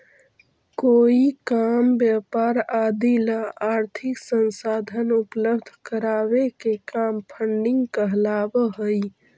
कोई काम व्यापार आदि ला आर्थिक संसाधन उपलब्ध करावे के काम फंडिंग कहलावऽ हई